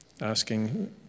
asking